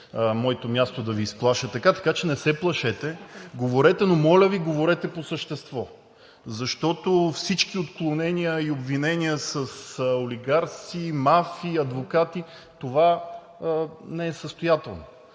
моето място да Ви изплаша. Така че не се плашете, говорете, но моля Ви, говорете по същество. Защото всички отклонения и обвинения с олигарси, мафия, адвокати – това не е състоятелно.